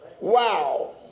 Wow